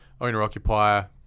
Owner-occupier